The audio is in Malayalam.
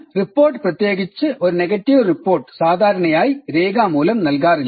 അതിനാൽ റിപ്പോർട്ട് പ്രതേകിച്ചും ഒരു നെഗറ്റീവ് റിപ്പോർട്ട് സാധാരണയായി രേഖാമൂലം നൽകാറില്ല